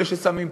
אלה ששמים פס.